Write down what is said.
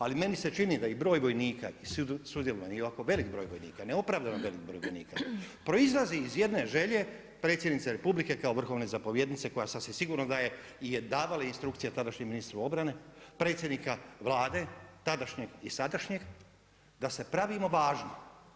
Ali meni se čini da i broj vojnika i … i ovako velik broj vojnika, neopravdano velik broj vojnika proizlazi iz jedne želje Predsjednice Republike kao vrhovne zapovjednice koja sasvim sigurno da je i davala instrukcije tadašnjem ministru obrane, predsjednika vlade tadašnjeg i sadašnjeg da se pravimo važni.